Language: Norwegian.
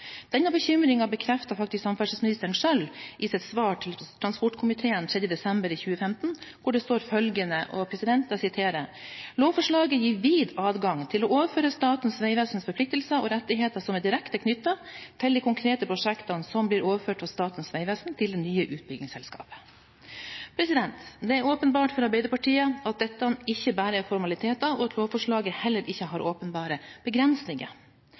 Denne bekymringen bekrefter faktisk samferdselsministeren selv i sitt svar til transportkomiteen 3. desember 2015, der det står: «Lovforslaget gir vid adgang til å overføre Statens vegvesens forpliktelser og rettigheter som er direkte knyttet til de konkrete prosjektene som blir overført fra Statens vegvesen til det nye utbyggingsselskapet.» Det er åpenbart for Arbeiderpartiet at dette ikke bare er formaliteter, og at lovforslaget heller ikke har åpenbare begrensninger.